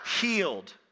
Healed